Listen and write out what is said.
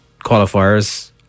qualifiers